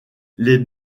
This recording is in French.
les